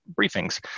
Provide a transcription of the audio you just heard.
briefings